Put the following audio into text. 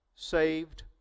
saved